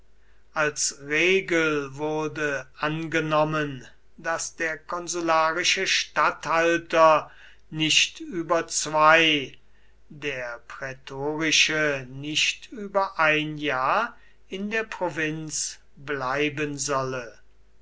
als regel wurde angenommen daß der konsularische statthalter nicht über zwei der prätorische nicht über ein jahr in der provinz bleiben solle